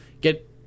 Get